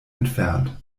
entfernt